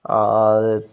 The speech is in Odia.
ଆଉ